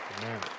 Amen